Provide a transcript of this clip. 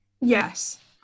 yes